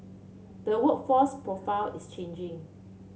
the workforce profile is changing